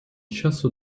часу